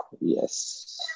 Yes